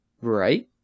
Right